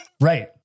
right